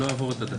לא אעבור את הדקה.